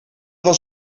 was